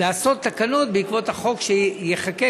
לתקן תקנות בעקבות החוק שייחקק,